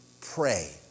pray